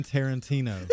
Tarantino